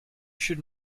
should